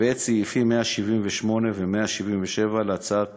ואת סעיפים 177 ו-178 להצעת